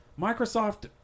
Microsoft